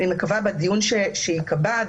אני מקווה בדיון שייקבע,